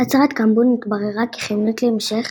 הצהרת קמבון התבררה כחיונית להמשך